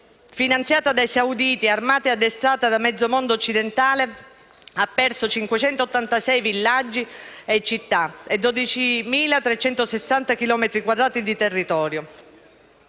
finanziata dai sauditi, armata e addestrata da mezzo mondo occidentale, ha perso 586 villaggi e città e 12.360 chilometri